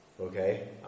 okay